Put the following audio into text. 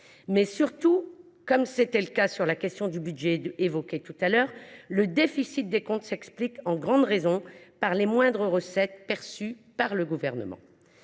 Surtout, comme c’était le cas sur la question du budget évoqué tout à l’heure, le déficit des comptes s’explique en grande raison par les moindres recettes perçues par le Gouvernement.